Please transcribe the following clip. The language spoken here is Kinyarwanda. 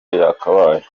yakabaye